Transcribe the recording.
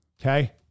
okay